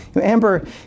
Amber